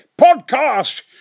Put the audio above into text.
Podcast